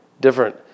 different